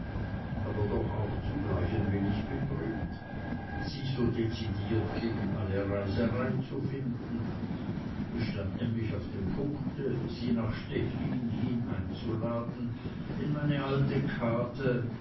aber doch zugleich auch ein wenig betrübt sie so dezidiert gegen alle reiserei zu finden ich stand nämlich auf dem punkte sie nach stechlin hin einzuladen in meine alte kate